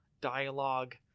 dialogue